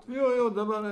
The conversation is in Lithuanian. jo jo dabar